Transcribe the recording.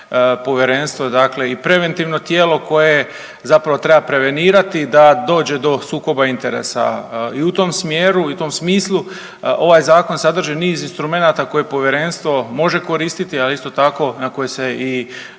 Povjerenstvo je dakle i preventivno tijelo koje zapravo treba prevenirati da dođe do sukoba interesa i u tom smjeru i tom smislu ovaj Zakon sadrži niz instrumenata koje Povjerenstvo može koristiti, a isto tako, na koji se i